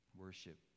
worship